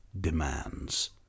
demands